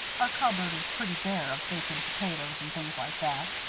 our cupboard is pretty bare of bacon, potatoes, and things like that.